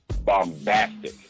bombastic